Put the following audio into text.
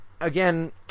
again